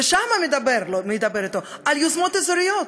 ושם הוא מדבר על יוזמות אזוריות.